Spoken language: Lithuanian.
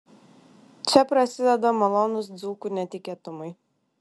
čia prasideda malonūs dzūkų netikėtumai